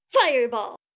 fireball